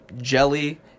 jelly